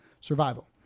survival